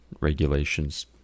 regulations